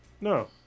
No